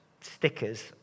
stickers